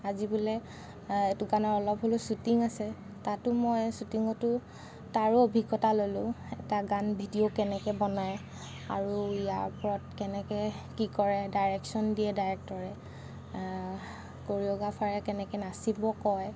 আজি বোলে এইটো গানৰ অলপ হ'লেও শ্ৱুটিং আছে তাতো মই শ্ৱুটিঙতো তাৰো অভিজ্ঞতা ল'লোঁ এটা গান ভিডিঅ' কেনেকৈ বনায় আৰু ইয়াৰ ওপৰত কেনেকৈ কি কৰে ডাইৰেকশ্য়ন দিয়ে ডাইৰেক্টৰে কৰিঅ'গ্ৰাফাৰে কেনেকৈ নাচিব কয়